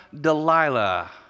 Delilah